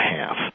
half